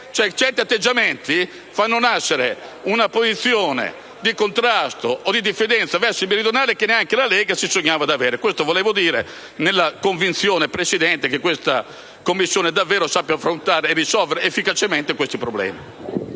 Lega: certi atteggiamenti fanno nascere una posizione di contrasto o di diffidenza verso i meridionali che neanche la Lega si sognava di avere. Volevo dire questo, signor Presidente, nella convinzione che tale Commissione davvero saprà affrontare e risolvere efficacemente questi problemi.